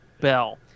bell